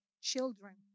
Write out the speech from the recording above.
children